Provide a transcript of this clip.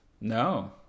No